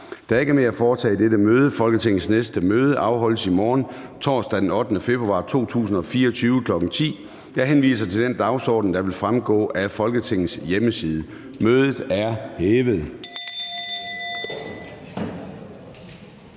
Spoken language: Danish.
Der er ikke mere at foretage i dette møde. Folketingets næste møde afholdes i morgen, torsdag den 8. februar 2024, kl. 10.00. Jeg henviser til den dagsorden, der vil fremgå Folketingets hjemmeside. Mødet er hævet.